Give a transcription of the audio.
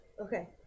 okay